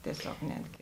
tiesiog netgi